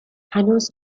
هنوز